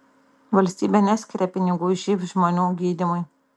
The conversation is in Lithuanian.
valstybė neskiria pinigų živ žmonių gydymui